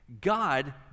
God